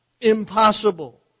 Impossible